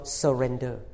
surrender